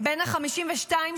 בן ה-52,